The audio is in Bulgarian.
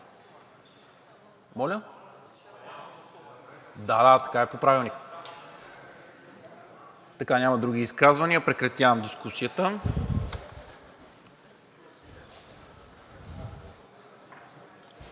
Да, да, така е по Правилник. Няма други изказвания. Прекратявам дискусията.